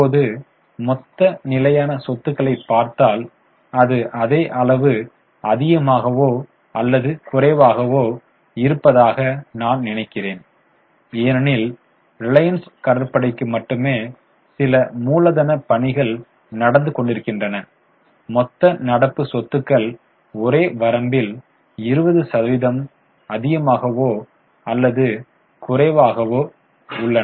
இப்போது மொத்த நிலையான சொத்துக்களை பார்த்தால் அது அதே அளவு அதிகமாகவோ அல்லது குறைவாகவோ இருப்பதாக நான் நினைக்கிறேன் ஏனெனில் ரிலையன்ஸ் கடற்படைக்கு மட்டுமே சில மூலதன பணிகள் நடந்து கொண்டிருக்கின்றன மொத்த நடப்பு சொத்துக்கள் ஒரே வரம்பில் 20 சதவீதம் அதிகமாகவோ அல்லது குறைவாகவோ உள்ளன